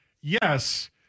yes